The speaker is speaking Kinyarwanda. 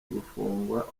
gufungwa